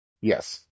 Yes